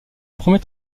premiers